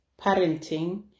parenting